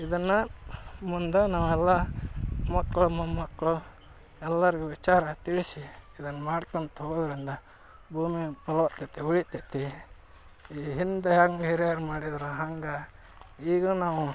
ಇದನ್ನು ಮುಂದೆ ನಾವೆಲ್ಲ ಮಕ್ಕಳು ಮೊಮ್ಮಕ್ಕಳು ಎಲ್ಲರಿಗೂ ವಿಚಾರ ತಿಳಿಸಿ ಇದನ್ನು ಮಾಡ್ಕೊತ ಹೋಗೋದರಿಂದ ಭೂಮಿಯ ಫಲವತ್ತತೆ ಉಳಿತೈತಿ ಈ ಹಿಂದೆ ಹೆಂಗೆ ಹಿರಿಯರು ಮಾಡಿದ್ದರು ಹಂಗೆ ಈಗೂ ನಾವು